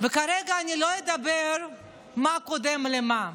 וכרגע אני לא אדבר על מה קודם למה.